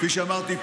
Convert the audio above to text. כפי שאמרתי,